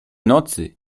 nocy